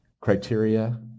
criteria